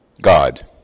God